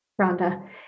Rhonda